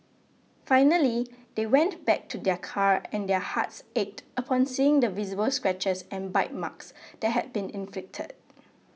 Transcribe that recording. finally they went back to their car and their hearts ached upon seeing the visible scratches and bite marks that had been inflicted